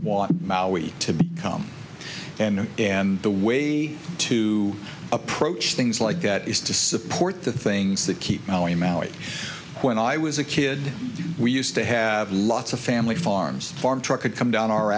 want maui to come in and the way to approach things like that is to support the things that keep me in maui when i was a kid we used to have lots of family farms farm truck would come down our